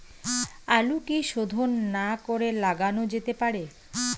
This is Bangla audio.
আলু কি শোধন না করে লাগানো যেতে পারে?